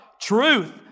truth